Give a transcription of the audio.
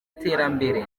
iterambere